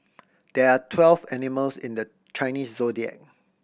there are twelve animals in the Chinese Zodiac